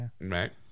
Right